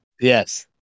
Yes